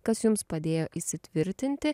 kas jums padėjo įsitvirtinti